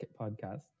podcast